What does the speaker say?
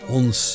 ons